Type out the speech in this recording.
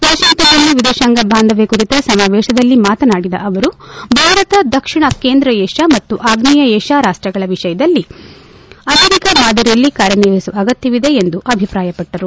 ವಾಷಿಂಗ್ಟನ್ನಲ್ಲಿ ವಿದೇತಾಂಗ ಬಾಂದವ್ಯ ಕುರಿತ ಸಮಾವೇಶದಲ್ಲಿ ಮಾತಾಡಿದ ಅವರು ಭಾರತ ದಕ್ಷಿಣ ಕೇಂದ್ರ ಏಷ್ಯಾ ಮತ್ತು ಆಗ್ನೇಯಾ ಏಷ್ಯಾ ರಾಷ್ಟಗಳ ವಿಷಯದಲ್ಲಿ ಅಮೆರಿಕಾ ಮಾದರಿಯಲ್ಲಿ ಕಾರ್ಯನಿರ್ವಹಿಸುವ ಅಗತ್ಯವಿದೆ ಎಂದು ಅಭಿಪ್ರಾಯಪಟ್ಟರು